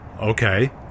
Okay